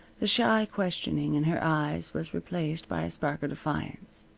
the shy questioning in her eyes was replaced by a spark of defiance.